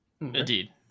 Indeed